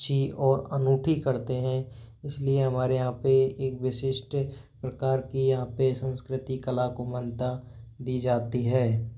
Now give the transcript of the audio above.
अच्छी और अनूठी करते हैं इसलिए हमारे यहाँ पे एक विशिष्ट प्रकार की यहाँ पे संस्कृति कला को मान्यता दी जाती है